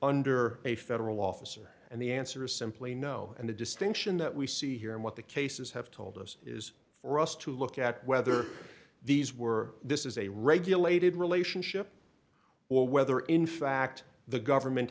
under a federal officer and the answer is simply no and the distinction that we see here and what the cases have told us is for us to look at whether these were this is a regulated relationship or whether in fact the government